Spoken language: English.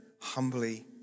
humbly